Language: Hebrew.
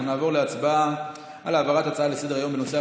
אנחנו נעבור להצבעה על העברת ההצעה לסדר-היום בנושא: